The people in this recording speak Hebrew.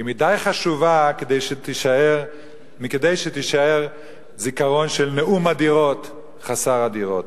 היא חשובה מכדי שתישאר זיכרון של נאום הדירות חסר הדירות.